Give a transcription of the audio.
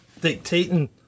dictating